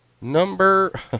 Number